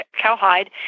cowhide